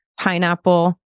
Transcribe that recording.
Pineapple